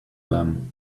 them